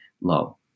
low